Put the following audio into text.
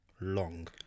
long